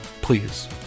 Please